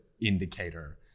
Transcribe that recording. indicator